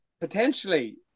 potentially